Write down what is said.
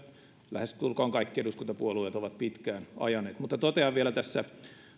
lähestulkoon kaikki eduskuntapuolueet ovat pitkään ajaneet mutta totean vielä tässä